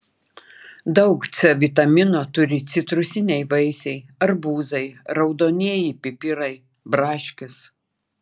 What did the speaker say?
daug c vitamino turi citrusiniai vaisiai arbūzai raudonieji pipirai braškės